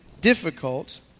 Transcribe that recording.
difficult